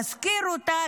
להשכיר אותה,